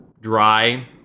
dry